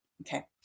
Okay